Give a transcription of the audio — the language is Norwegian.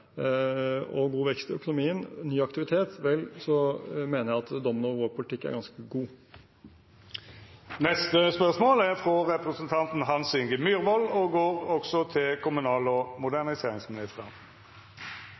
og god vekst i økonomien, ny aktivitet, så mener jeg at dommen over vår politikk er ganske god. Eg må berre få presisera innleiingsvis at spørsmålsstillaren også er